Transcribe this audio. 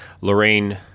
Lorraine